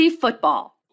football